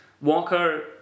Walker